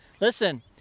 Listen